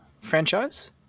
franchise